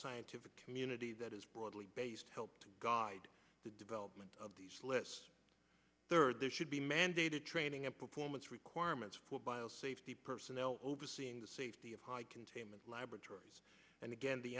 scientific community that is broadly based help to guide the development of the less third there should be mandated training and performance requirements for bio safety personnel overseeing the safety of high containment laboratories and again the